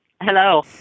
Hello